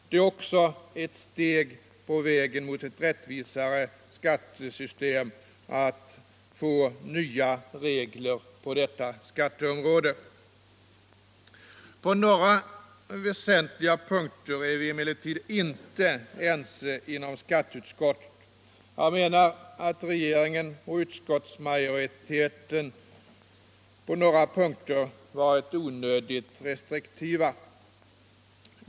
Det är också ett steg på vägen mot ett rättvisare skattesystem att få nya regler på detta skatteområde. På några väsentliga punkter är vi emellertid inte ense inom skatteutskottet. Jag menar att regeringen och utskottsmajoriteten på några punkter varit onödigt restriktiva.